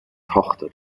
tochter